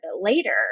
later